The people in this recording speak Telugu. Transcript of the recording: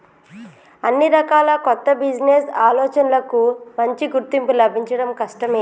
అన్ని రకాల కొత్త బిజినెస్ ఆలోచనలకూ మంచి గుర్తింపు లభించడం కష్టమే